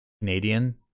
Canadian